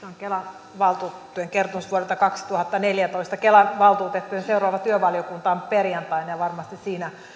on kelan valtuutettujen kertomus vuodelta kaksituhattaneljätoista kelan valtuutettujen seuraava työvaliokunta on perjantaina ja varmasti siinä